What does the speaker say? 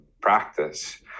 practice